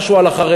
משהו על החרדים,